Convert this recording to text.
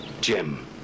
Jim